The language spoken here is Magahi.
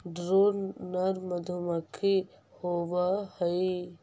ड्रोन नर मधुमक्खी होवअ हई